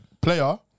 Player